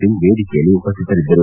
ಸಿಂಗ್ ವೇದಿಕೆಯಲ್ಲಿ ಉಪಸ್ಥಿತರಿದ್ದರು